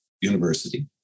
university